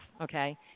okay